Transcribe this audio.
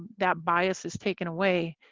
that bias is taken away.